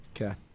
Okay